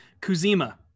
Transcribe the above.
Kuzima